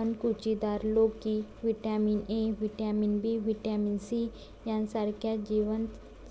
अणकुचीदार लोकी vitamin A, vitamin B, vitamin C यांसारख्या जीवन